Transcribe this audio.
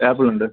ആപ്പിളുണ്ട്